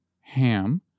ham